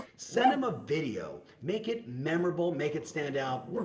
send em a video, make it memorable, make it stand out,